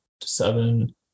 seven